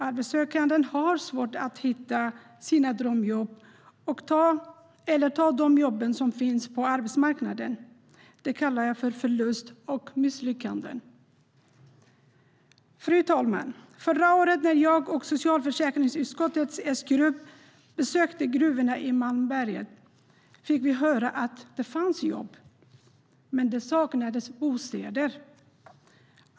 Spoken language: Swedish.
Arbetssökande har svårt att hitta sina drömjobb eller ta de jobb som finns på arbetsmarknaden. Det kallar jag för förlust och misslyckanden. Fru talman! Förra året när jag och socialförsäkringsutskottets S-grupp besökte gruvorna i Malmberget fick vi höra att det fanns jobb men att det saknades bostäder.